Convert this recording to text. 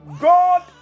God